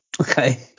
okay